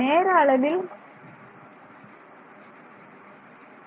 நேர அளவில் ஒவ்வொரு புள்ளியும் Δt தொலைவில் பிரிக்கப்பட்டிருக்கும்